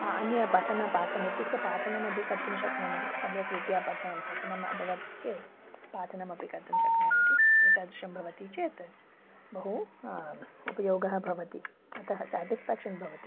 अन्य पठनं पाठनम् इत्यस्य पाठनमपि कर्तुं शक्नुमः सम्यक् रीत्या पठं पठनम् अभवत् चेत् पाठनमपि कर्तुं शक्नुवन्ति एतादृशं भवति चेत् बहु उपयोगः भवति अतः साटिस्फ़ाक्षन् भवति